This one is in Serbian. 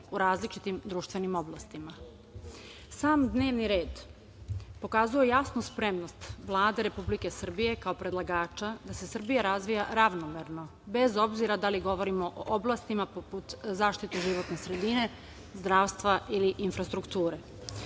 u različitim društvenim oblastima. Sam dnevni red pokazuje jasnu spremnost Vlade Republike Srbije kao predlagača da se Srbija razvija ravnomerno bez obzira da li govorimo o oblastima poput zaštite životne sredine, zdravstva ili infrastrukture.